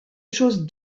chose